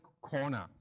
corner